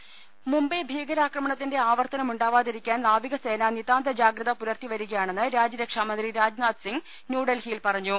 രുട്ടിട്ട്ട്ട്ട്ട്ട മുംബൈ ഭീകരാക്രമണത്തിന്റെ ആവർത്തനം ഉണ്ടാവാതിരിക്കാൻ നാവി കസേന നിതാന്ത ജാഗ്രത പുലർത്തി വരികയാണെന്ന് രാജ്യരക്ഷാ മന്ത്രി രാജ്നാഥ് സിംഗ് ന്യൂഡൽഹിയിൽ പറഞ്ഞു